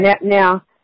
Now